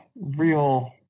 real